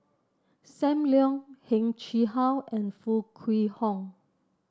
Sam Leong Heng Chee How and Foo Kwee Horng